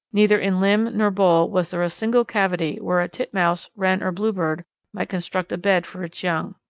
neither in limb nor bole was there a single cavity where a titmouse, wren, or bluebird might construct a bed for its young.